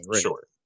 sure